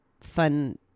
fun